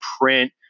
print